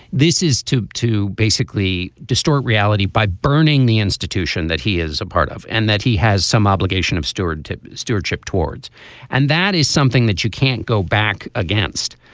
this is to to basically distort reality reality by burning the institution that he is a part of. and that he has some obligation of stewardship stewardship towards and that is something that you can't go back against.